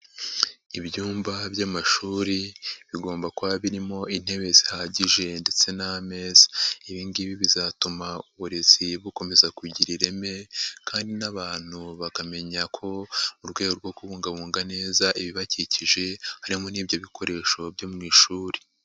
Ibyumba by'amashuri bigomba kuba birimo intebe zihagije ndetse n'ameza. Ibi ngibi bizatuma uburezi bukomeza kugira ireme kandi n'abantu bakamenya ko mu rwego rwo kubungabunga neza ibibakikije harimo n'ibyo bikoresho byo mu ishuri.